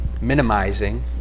minimizing